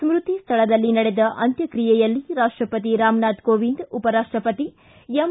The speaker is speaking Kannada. ಸ್ತತಿ ಸ್ಥಳದಲ್ಲಿ ನಡೆದ ಅಂತ್ಯಕ್ಷಿಯೆಯಲ್ಲಿ ರಾಷ್ಷಪತಿ ರಾಮನಾಥ್ ಕೋವಿಂದ್ ಉಪರಾಷ್ಷಪತಿ ಎಂ